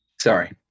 sorry